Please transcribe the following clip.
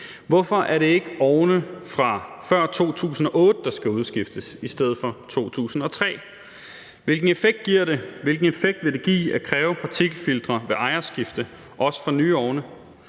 Hvorfor er det ikke ovne fra før 2008, der skal udskiftes, i stedet for 2003? Hvilken effekt giver det? Hvilken effekt vil det give at kræve partikelfiltre ved ejerskifte også for nye ovne?